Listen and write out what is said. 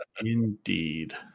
indeed